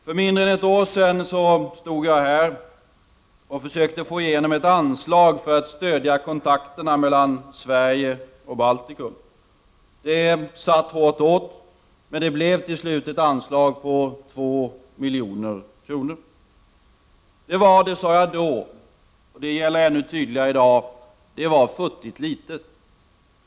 För mindre än ett år sedan stod jag här och försökte få igenom ett anslag för att stödja kontakterna mellan Sverige och Baltikum. Det satt hårt åt. Men det blev till slut ett anslag på 2 milj.kr. Jag sade då, och det är än tydligare i dag, att det var futtigt litet.